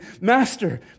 Master